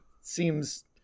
seems